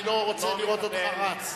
אני לא רוצה לראות אותך רץ.